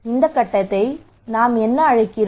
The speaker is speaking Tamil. இந்த கட்டத்தை நாம் என்ன அழைக்கிறோம்